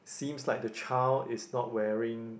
seems like the child is not wearing